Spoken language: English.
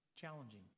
challenging